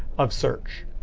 of search.